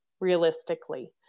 realistically